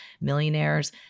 millionaires